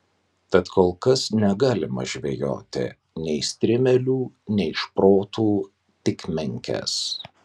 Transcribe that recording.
tad kol kas negalima žvejoti nei strimelių nei šprotų tik menkes